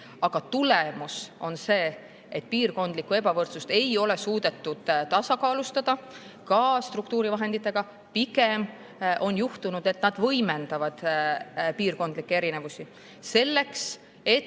aga tulemus on see, et piirkondlikku ebavõrdsust ei ole suudetud tasakaalustada ka struktuurivahendite abil. Pigem on juhtunud, et need võimendavad piirkondlikke erinevusi. Selleks, et